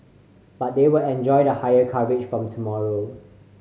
but they will enjoy the higher coverage from tomorrow